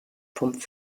pump